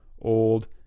old